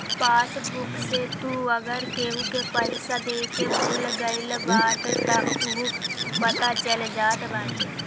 passbook से तू अगर केहू के पईसा देके भूला गईल बाटअ तअ उहो पता चल जात बाटे